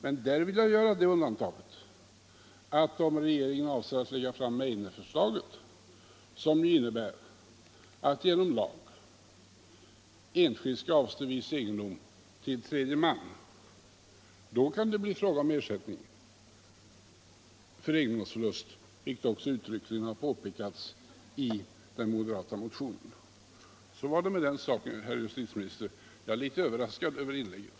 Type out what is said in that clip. Men där vill jag göra det undantaget, att om regeringen avser att lägga fram Meidnerförslaget, som ju innebär att enskilda genom lag skall avstå viss egendom till tredje man, så kan det bli fråga om ersättning för egendomsförlust, vilket också uttryckligen har påpekats i den moderata motionen. Så var det med den saken, herr justitieministern. Jag är litet överraskad över inlägget.